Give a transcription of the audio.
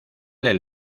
del